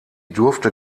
durfte